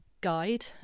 guide